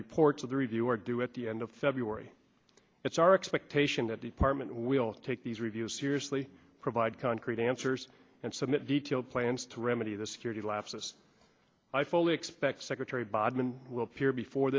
reports of the review or due at the end of february it's our expectation that department will take these reviews seriously provide concrete answers and submit detailed plans to remedy the security lapses i fully expect secretary bodman will appear before